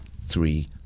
Three